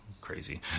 crazy